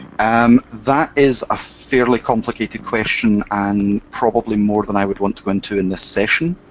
um, that is a fairly complicated question and probably more than i would want to go into in this session.